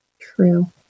True